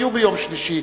יהיו ביום שלישי,